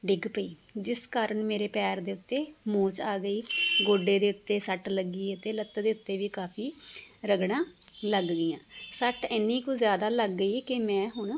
ਡਿੱਗ ਪਈ ਜਿਸ ਕਾਰਨ ਮੇਰੇ ਪੈਰ ਦੇ ਉੱਤੇ ਮੋਚ ਆ ਗਈ ਗੋਡੇ ਦੇ ਉੱਤੇ ਸੱਟ ਲੱਗੀ ਹੈ ਅਤੇ ਲੱਤ ਦੇ ਉੱਤੇ ਵੀ ਕਾਫੀ ਰਗੜਾਂ ਲੱਗ ਗਈਆਂ ਸੱਟ ਇੰਨੀ ਕੁ ਜ਼ਿਆਦਾ ਲੱਗ ਗਈ ਕਿ ਮੈਂ ਹੁਣ